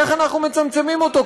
איך אנחנו מצמצמים אותו.